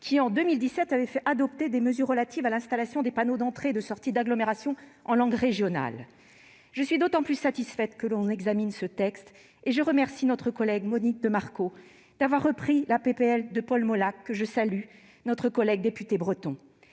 qui, en 2017, avait fait adopter des mesures relatives à l'installation des panneaux d'entrée et de sortie d'agglomération en langue régionale. Je suis donc d'autant plus satisfaite que l'on examine ce texte, et je remercie notre collègue Monique de Marco d'avoir repris la proposition de loi de Paul Molac, notre collègue député breton